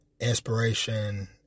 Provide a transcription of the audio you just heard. inspiration